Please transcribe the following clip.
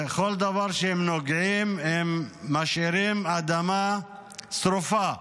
בכל דבר שהם נוגעים הם משאירים אדמה שרופה,